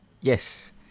yes